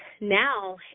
now